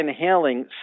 inhaling